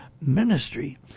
ministry